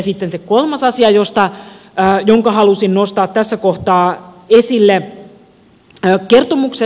sitten se kolmas asia jonka halusin nostaa tässä kohtaa esille